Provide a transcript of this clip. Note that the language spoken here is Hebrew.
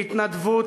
להתנדבות,